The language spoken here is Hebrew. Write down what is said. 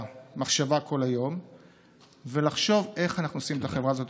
ובמחשבה כל היום איך אנחנו עושים את החברה הזאת